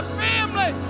family